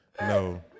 No